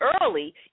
early